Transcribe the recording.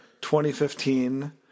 2015